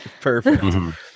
perfect